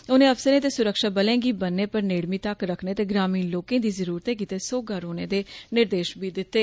उनें अफसरें ते सुरक्षाबलें गी बन्ने पर नेड़मी तक्क रक्खने ते ग्रामीण लोकें दी ज़रुरतें गितै सौहगा रौहने दे निर्देश दिते